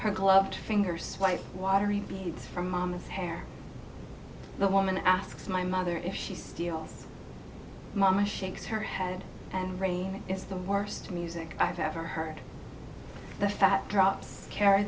her gloved finger swipe watery beads from mama's hair the woman asks my mother if she steals mama shakes her head and rain is the worst music i've ever heard the fat drops carry